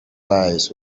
eyes